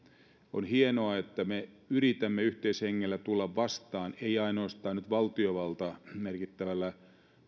on hienoa että me yritämme yhteishengellä tulla vastaan ei ainoastaan nyt valtiovalta merkittävällä